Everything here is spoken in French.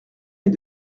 est